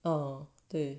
orh 对